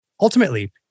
ultimately